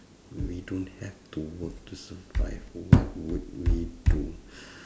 we don't have to work to survive what would we do